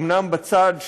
אומנם בצד של,